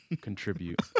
contribute